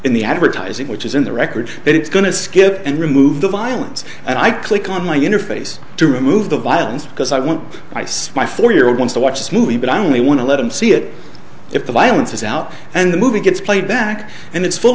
in the advertising which is in the record that it's going to skip and remove the violence and i click on my interface to remove the violence because i want ice my four year old wants to watch a movie but i only want to let him see it if the violence is out and the movie gets played back and it's full